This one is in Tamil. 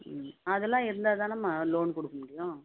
ம் அதெல்லாம் இருந்தால் தானம்மா லோன் கொடுக்க முடியும்